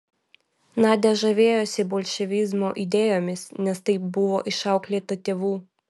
nadia žavėjosi bolševizmo idėjomis nes taip buvo išauklėta tėvų